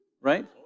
Right